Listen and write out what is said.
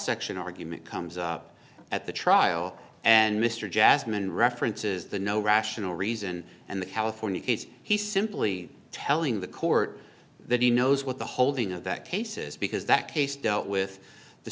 action argument comes up at the trial and mr jasmine references the no rational reason and the california case he simply telling the court that he knows what the holding of that cases because that case dealt with the